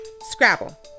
Scrabble